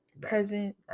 present